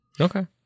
Okay